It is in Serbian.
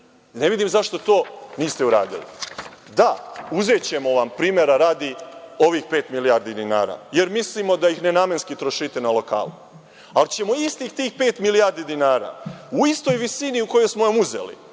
ne vidim zašto to niste uradili. Da, uzećemo vam, primera radi, ovih pet milijardi dinara, jer mislimo da ih nenamenski trošite na lokalu, ali ćemo istih tih pet milijardi dinara u istoj visini u kojoj smo vam uzeli